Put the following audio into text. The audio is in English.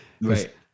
Right